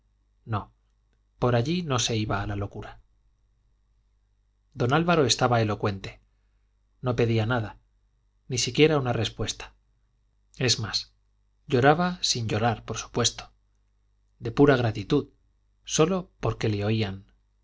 no por allí no se iba a la locura don álvaro estaba elocuente no pedía nada ni siquiera una respuesta es más lloraba sin llorar por supuesto de pura gratitud sólo porque le oían